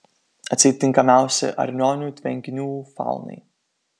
atseit tinkamiausi arnionių tvenkinių faunai